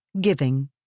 giving